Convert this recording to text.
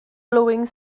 blowing